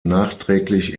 nachträglich